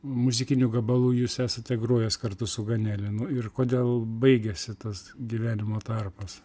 muzikinių gabalų jūs esate grojęs kartu su ganelinu ir kodėl baigėsi tas gyvenimo tarpas